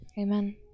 Amen